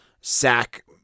sack